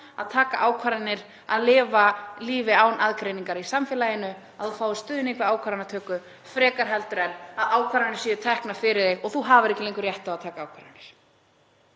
og taka ákvarðanir, að lifa lífinu án aðgreiningar í samfélaginu þannig að þú fáir stuðning við ákvarðanatöku frekar en að ákvarðanir séu teknar fyrir þig og þú hafir ekki lengur rétt á að taka ákvarðanir.